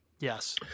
Yes